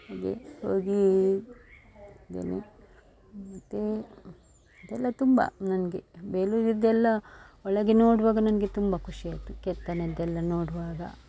ಅಲ್ಲಿಗೆ ಹೋಗಿ ಅದನ್ನು ಮತ್ತು ಇದೆಲ್ಲ ತುಂಬ ನನಗೆ ಬೇಲೂರಿಂದೆಲ್ಲ ಒಳಗೆ ನೋಡುವಾಗ ನನಗೆ ತುಂಬ ಖುಷಿಯಾಯ್ತು ಕೆತ್ತನೆದೆಲ್ಲ ನೋಡುವಾಗ